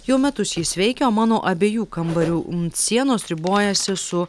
jau metus jis veikia o mano abiejų kambarių sienos ribojasi su